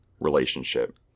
relationship